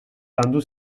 landu